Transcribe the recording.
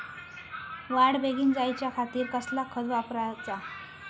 वाढ बेगीन जायच्या खातीर कसला खत वापराचा?